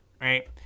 Right